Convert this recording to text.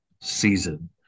season